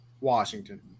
Washington